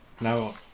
Now